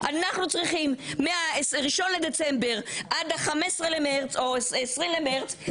אנחנו צריכים מה-1 בדצמבר עד ה-15 במרץ או ה-20 במרץ,